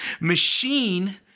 machine